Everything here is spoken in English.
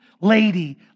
lady